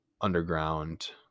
underground